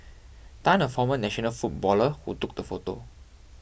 Tan a former national footballer who took the photo